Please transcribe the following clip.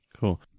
Cool